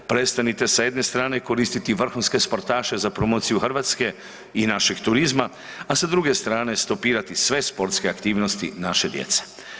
Prestanite se sa jedne strane koristiti vrhunske sportaše za promociju Hrvatske i našeg turizma a sa druge strane stopirati sve sportske aktivnosti naše djece.